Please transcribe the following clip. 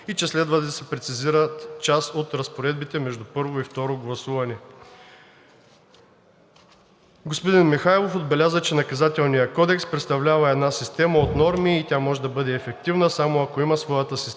и че следва да се прецизират част от разпоредбите между първо и второ гласуване. Господин Михайлов отбеляза, че Наказателният кодекс представлява една система от норми и тя може да бъде ефективна само ако има своята системност